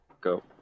go